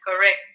Correct